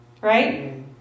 Right